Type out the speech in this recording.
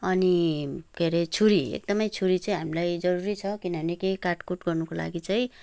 अनि के अरे छुरी एकदमै छुरी चाहिँ हामीलाई जरुरी छ किनभने केही काटकुट गर्नुको लागि चाहिँ